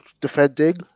defending